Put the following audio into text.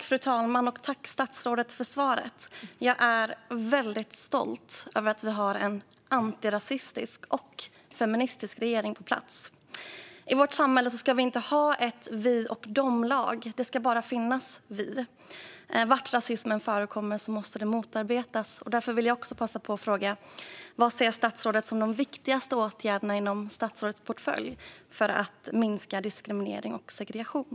Fru talman! Tack, statsrådet, för svaret! Jag är väldigt stolt över att kunna ha en antirasistisk och feministisk regering på plats. I vårt samhälle ska vi inte ha ett vi-lag och ett dom-lag. Det ska bara finnas vi. Var rasismen än förekommer måste den motarbetas. Därför vill jag också fråga: Vad ser statsrådet som de viktigaste åtgärderna inom statsrådets portfölj när det gäller att minska diskriminering och segregation?